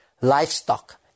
livestock